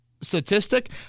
statistic